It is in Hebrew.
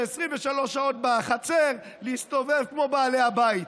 ו-23 שעות להסתובב בחצר כמו בעלי הבית.